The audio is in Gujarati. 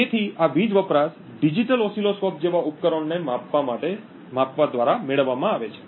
તેથી આ વીજ વપરાશ ડિજિટલ ઓસિલોસ્કોપ જેવા ઉપકરણોને માપવા દ્વારા મેળવવામાં આવે છે